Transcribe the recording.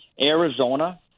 Arizona